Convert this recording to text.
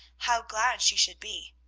how glad she should be!